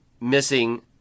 missing